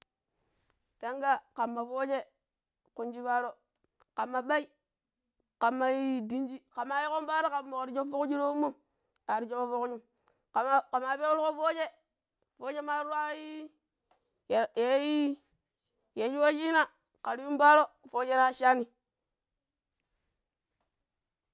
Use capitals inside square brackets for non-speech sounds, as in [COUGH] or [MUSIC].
﻿tangaa khamma foochjee khunchjii pbaaro, kham bai khamma ii dinii khama yii khon pbaaro khmmar schoffok chju ta weem mom aari schof fok chjum khama khama, pekkgru kho foochjee, foochjee maar riwaa ii ya, ya i [HESITATION] ya chju wachii na khara yuum pbaaro foochjee ta wocschaa nii.